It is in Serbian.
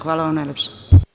Hvala vam najlepše.